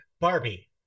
Barbie